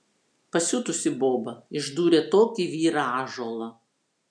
pasiutusi boba išdūrė tokį vyrą ąžuolą